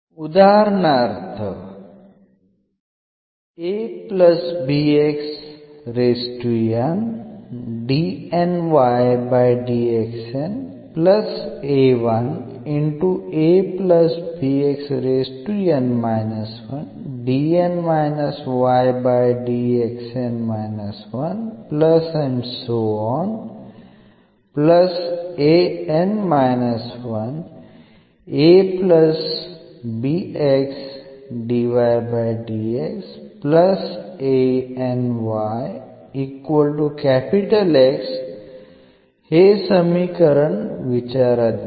उदाहरणार्थ हे समीकरण विचारात घेऊ